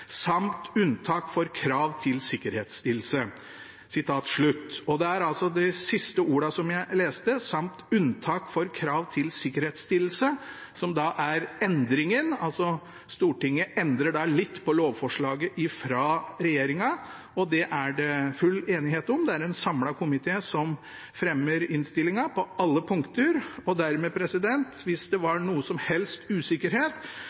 samt unntak for krav til sikkerhetsstillelse. Det er de siste ordene jeg leste – «samt unntak for krav til sikkerhetsstillelse» – som er endringen. Stortinget endrer litt på lovforslaget fra regjeringen, og det er det full enighet om. Det er en samlet komité som fremmer innstillingen på alle punkter. Og dermed, hvis det var noen som helst usikkerhet,